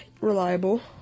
Reliable